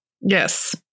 Yes